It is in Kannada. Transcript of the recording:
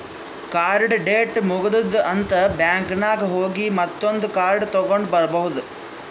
ಕಾರ್ಡ್ದು ಡೇಟ್ ಮುಗದೂದ್ ಅಂತ್ ಬ್ಯಾಂಕ್ ನಾಗ್ ಹೋಗಿ ಮತ್ತೊಂದ್ ಕಾರ್ಡ್ ತಗೊಂಡ್ ಬರ್ಬಹುದ್